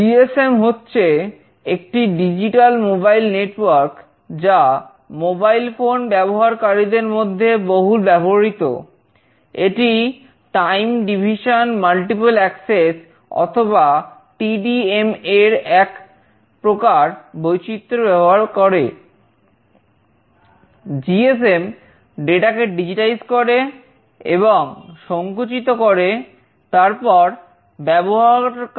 GSM এর এক প্রকার বৈচিত্র্য ব্যবহার করে